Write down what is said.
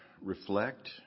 reflect